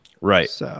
Right